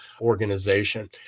organization